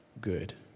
good